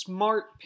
Smart